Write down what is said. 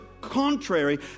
contrary